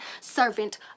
servant